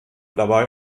dabei